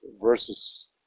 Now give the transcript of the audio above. versus